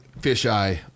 fisheye